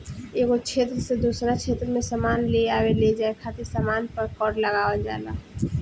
एगो क्षेत्र से दोसरा क्षेत्र में सामान लेआवे लेजाये खातिर सामान पर कर लगावल जाला